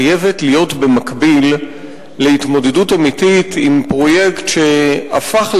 חייבת להיות במקביל להתמודדות אמיתית עם פרויקט שהפך,